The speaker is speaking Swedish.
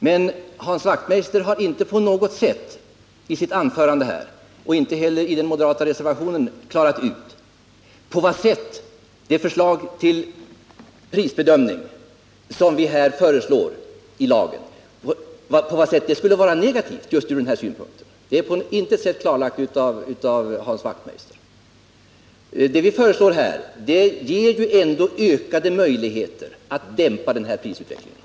Men Hans Wachtmeister har inte på något sätt i sitt anförande eller i den moderata reservationen klargjort på vad sätt det förslag till prisbedömning som vi framlagt i lagen skulle vara negativt från den här synpunkten. Det vi föreslår ger ju ändå ökade möjligheter att dämpa prisutvecklingen.